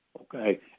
okay